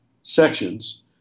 sections